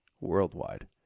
worldwide